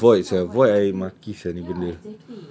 don't tell me void sia void I maki sia ni benda